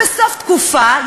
בסוף התקופה,